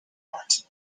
art